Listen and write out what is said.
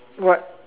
what